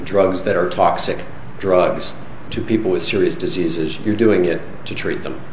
drugs that are talk sick drugs to people with serious diseases you're doing it to treat them